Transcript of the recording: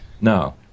No